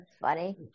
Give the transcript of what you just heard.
funny